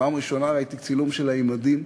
בפעם הראשונה ראיתי צילום שלה עם מדים.